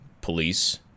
police